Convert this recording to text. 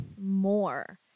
more